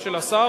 השתכנעת?